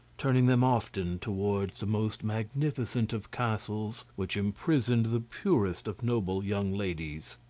turning them often towards the most magnificent of castles which imprisoned the purest of noble young ladies.